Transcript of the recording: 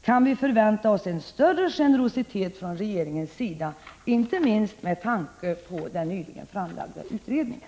Kan vi förvänta oss en större generositet från regeringens sida, inte minst med tanke på den nyligen framlagda utredningen?